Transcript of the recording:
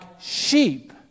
sheep